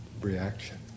reaction